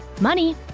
money